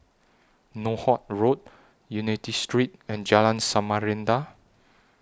Northolt Road Unity Street and Jalan Samarinda